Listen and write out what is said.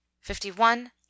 fifty-one